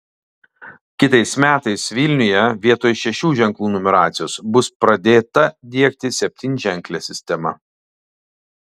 kitais metais vilniuje vietoj šešių ženklų numeracijos bus pradėta diegti septynženklė sistema